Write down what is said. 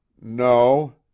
No